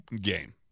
game